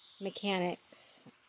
mechanics